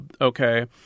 okay